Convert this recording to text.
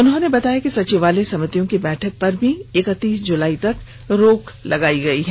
उन्होंने बताया कि सचिवालय समितियों की बैठकों पर भी इकतीस जुलाई तक रोक लगाई गई है